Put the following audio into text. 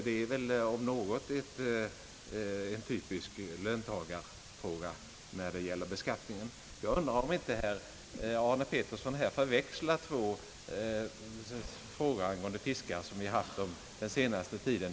Denna skattefråga är väl om någon en typisk löntagarfråga. Till sist undrar jag om inte herr Arne Pettersson förväxlar två frågor angående fiskarna som vi behandlat under senaste tiden.